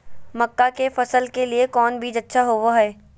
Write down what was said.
मक्का के फसल के लिए कौन बीज अच्छा होबो हाय?